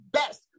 best